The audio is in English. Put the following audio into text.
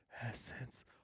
essence